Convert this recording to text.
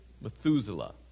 Methuselah